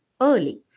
early